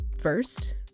first